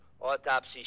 Autopsy